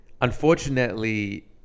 unfortunately